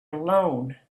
alone